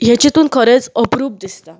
हें चितून खरेंच अप्रूप दिसता